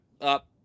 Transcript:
up